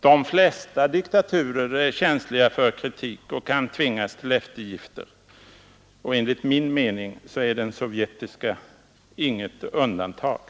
De flesta diktaturer är känsliga för kritik och kan tvingas till eftergifter. Enligt min mening är den sovjetiska diktaturen inget undantag.